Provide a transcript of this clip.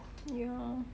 ya